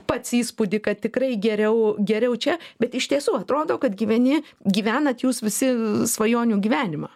pats įspūdį kad tikrai geriau geriau čia bet iš tiesų atrodo kad gyveni gyvenat jūs visi svajonių gyvenimą